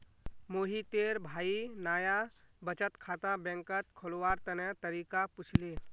मोहितेर भाई नाया बचत खाता बैंकत खोलवार तने तरीका पुछले